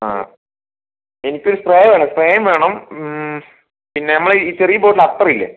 അ എനിക്കൊരു സ്പ്രേ വേണം സ്പ്രേയും വേണം പിന്നെ നമ്മളുടെ ചെറിയ ബോട്ടിൽ അത്തറില്ലെ